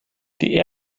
die